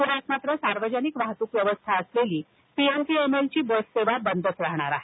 पुण्यात मात्र सार्वजनिक वाहतूक व्यवस्था असलेली P M P M L ची बस सेवा बंदच राहणार आहे